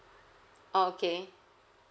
oh okay